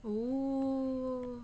oo